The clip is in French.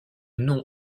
nom